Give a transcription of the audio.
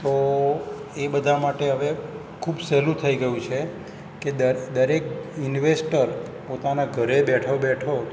તો એ બધા માટે હવે ખૂબ સહેલું થઈ ગયું છે કે દરેક ઇન્વેસ્ટર પોતાનાં ઘરે બેઠો બેઠો